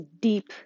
deep